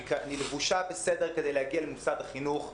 אני לבושה בסדר כדי להגיע למוסד החינוך,